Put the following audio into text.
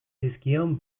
zizkion